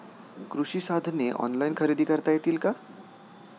कृषी साधने ऑनलाइन खरेदी करता येतील का?